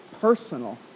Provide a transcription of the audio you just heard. personal